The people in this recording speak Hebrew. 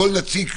כל נציג,